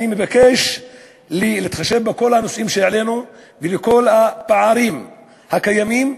אני מבקש להתחשב בכל הנושאים שהעלינו ובכל הפערים הקיימים,